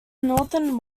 northern